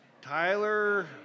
Tyler